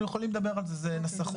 אנחנו יכולים לדבר על זה, זאת נסחות.